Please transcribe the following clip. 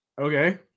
okay